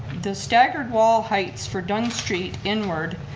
the staggered wall heights for dunn street, inward,